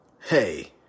Hey